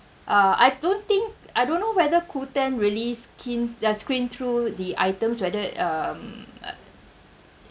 uh I don't think I don't know whether qooten really skin~ uh screen through the items whether um uh